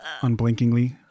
unblinkingly